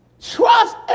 Trust